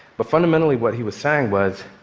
but fundamentally what he was saying was,